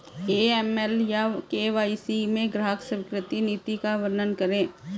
AML या KYC में ग्राहक स्वीकृति नीति का वर्णन करें?